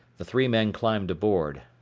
the three men climbed aboard.